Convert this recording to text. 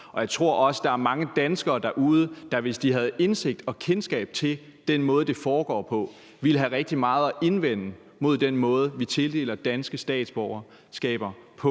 om. Jeg tror også, at der er mange danskere derude, der, hvis de havde indsigt i og kendskab til den måde, det foregår på, ville have rigtig meget at indvende mod den måde, vi tildeler danske statsborgerskaber på.